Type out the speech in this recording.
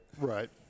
Right